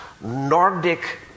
Nordic